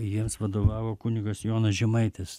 jiems vadovavo kunigas jonas žemaitis